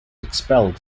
expelled